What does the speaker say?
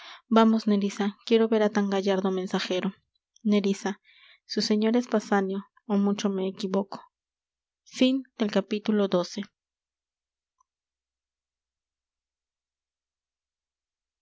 vamos nerissa quiero ver á tan gallardo mensajero nerissa su señor es basanio ó mucho me equivoco